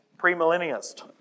premillennialist